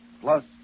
plus